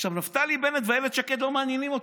עכשיו, נפתלי בנט ואילת שקד לא מעניינים אותי.